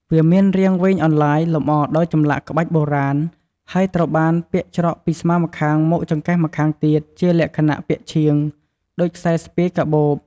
វាមានរាងវែងអន្លាយ លម្អដោយចម្លាក់ក្បាច់បុរាណ ហើយត្រូវបានពាក់ច្រកពីស្មាម្ខាងមកចង្កេះម្ខាងទៀត ជាលក្ខណៈ ពាក់ឈៀង ដូចខ្សែស្ពាយកាបូប។